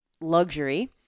luxury